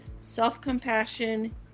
self-compassion